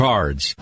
Cards